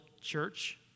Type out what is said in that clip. church